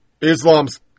Islam's